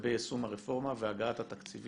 לגבי יישום הרפורמה והגעת התקציבים